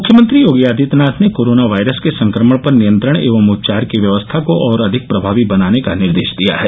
मुख्यमंत्री योगी आदित्यनाथ ने corona virus के संक्रमण पर नियंत्रण एवं उपचार के व्यवस्था को और अधिक प्रभावी बनाने का निर्देश दिया है